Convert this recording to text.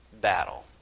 battle